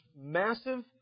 massive